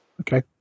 okay